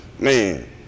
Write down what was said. Man